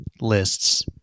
lists